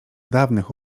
dawnych